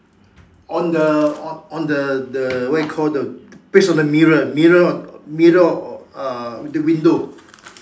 on the on the the what you call the page on the mirror mirror mirror uh the window